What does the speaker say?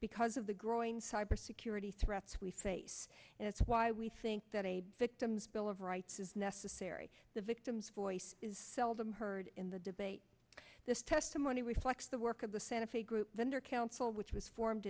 because of the growing cyber security threats we face and it's why we think that a victim's bill of rights is necessary the victims voice is seldom heard in the debate this testimony reflects the work of the santa fe group vendor council which was formed